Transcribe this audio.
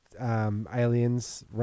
Aliens